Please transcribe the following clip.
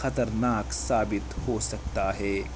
خطرناک ثابت ہو سکتا ہے